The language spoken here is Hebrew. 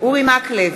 אורי מקלב,